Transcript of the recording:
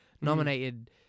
nominated